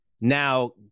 Now